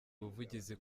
ubuvugizi